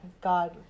God